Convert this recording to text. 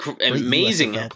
Amazing